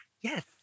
Yes